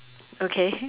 okay